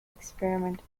experiment